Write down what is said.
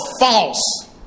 false